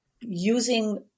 using